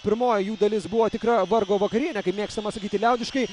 pirmoji jų dalis buvo tikra vargo vakarienė kaip mėgstama sakyti liaudiškai